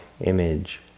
image